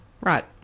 Right